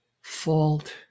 fault